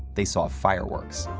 they saw fireworks.